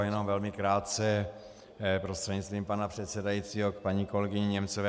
Jenom velmi krátce prostřednictvím pana předsedajícího k paní kolegyni Němcové.